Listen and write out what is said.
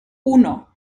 uno